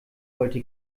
wollte